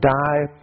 die